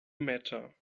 matter